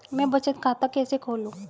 मैं बचत खाता कैसे खोलूं?